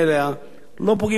לא פוגעים ברשות השידור.